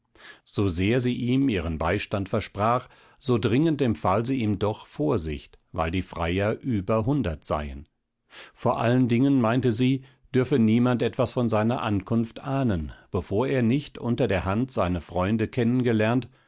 so sehr sie ihm ihren beistand versprach so dringend empfahl sie ihm doch vorsicht weil der freier über hundert seien vor allen dingen meinte sie dürfe niemand etwas von seiner ankunft ahnen bevor er nicht unter der hand seine freunde